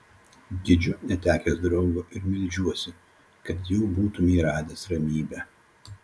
gedžiu netekęs draugo ir meldžiuosi kad jau būtumei radęs ramybę